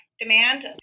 demand